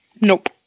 Nope